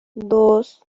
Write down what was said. dos